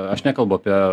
aš nekalbu apie